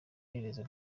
herezo